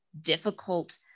difficult